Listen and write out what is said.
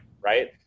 right